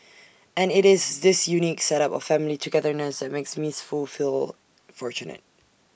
and IT is this unique set up of family togetherness that makes miss Foo feel fortunate